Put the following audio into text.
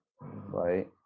right